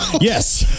Yes